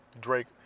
Drake